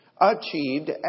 achieved